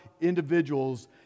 individuals